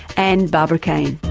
and barbara caine,